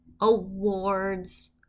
awards